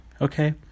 Okay